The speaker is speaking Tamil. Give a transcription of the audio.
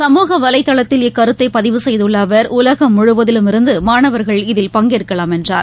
சமூக வலைதளத்தில் இக்கருத்தைபதிவு செய்துள்ளஅவர் உலகம் முழுவதிலுமிருந்துமாணவர்கள் இதில் பங்கேற்கலாம் என்றார்